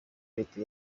leta